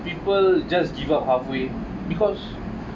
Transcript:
people just give up halfway because